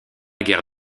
guerre